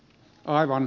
aivan